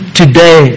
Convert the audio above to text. today